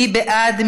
מי בעד?